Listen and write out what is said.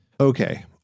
Okay